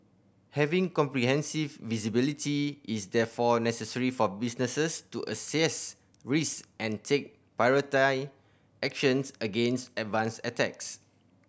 having comprehensive visibility is therefore necessary for businesses to assess risk and take actions against advanced attacks